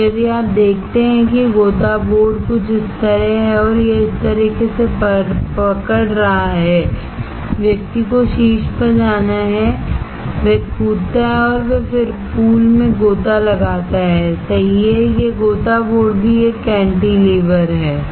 तो यदि आप देखते हैं कि गोता बोर्ड कुछ इस तरह है यह इस तरह से पकड़ रहा है व्यक्ति को शीर्ष पर जाना है वह कूदता है और फिर वह पूल में गोता लगाता है सही है यह गोता बोर्ड भी एक कैंटीलेवर है